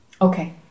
Okay